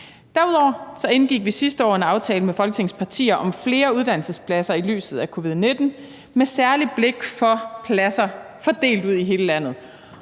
Derudover indgik vi sidste år en aftale med Folketingets partier om flere uddannelsespladser i lyset af covid-19 med særligt blik for pladser fordelt ud i hele landet,